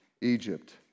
Egypt